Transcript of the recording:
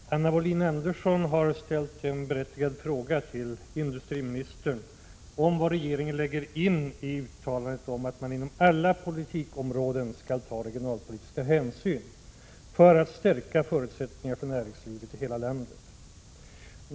Herr talman! Anna Wohlin-Andersson har ställt en berättigad fråga till industriministern om vad regeringen lägger in i uttalandet att man inom alla politikområden skall ta regionalpolitiska hänsyn för att stärka förutsättningarna för näringslivet i hela landet.